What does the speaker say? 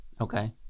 Okay